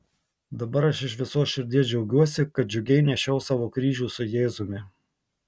dabar aš iš visos širdies džiaugiuosi kad džiugiai nešiau savo kryžių su jėzumi